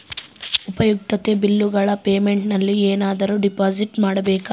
ಉಪಯುಕ್ತತೆ ಬಿಲ್ಲುಗಳ ಪೇಮೆಂಟ್ ನಲ್ಲಿ ಏನಾದರೂ ಡಿಪಾಸಿಟ್ ಮಾಡಬೇಕಾ?